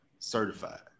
Certified